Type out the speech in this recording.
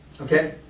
Okay